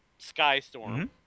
Skystorm